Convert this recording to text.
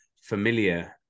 familiar